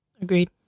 Agreed